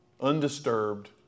Undisturbed